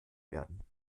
werden